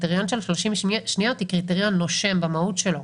קריטריון של 30 שניות הוא קריטריון נושם במהות שלו,